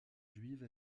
juive